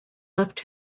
left